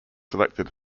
selected